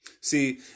See